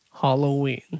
Halloween